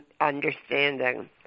understanding